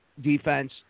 defense